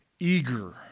eager